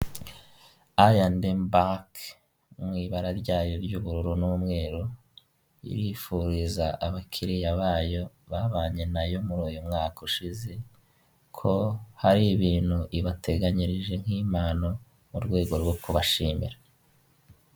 Umuhanda ni igikorwaremezo gifasha abantu bose mu buzima bwabo bwa buri munsi turavuga abamotari, imodoka ndetse n'abandi bantu bawukoresha mu buryo busanzwe burabafasha mu bikorwa byabo bya buri munsi.